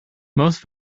most